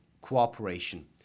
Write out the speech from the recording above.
cooperation